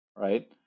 Right